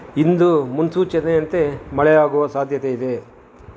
ಇಂದು ಮುನ್ಸೂಚನೆಯಂತೆ ಮಳೆಯಾಗುವ ಸಾಧ್ಯತೆ ಇದೆ